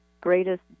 greatest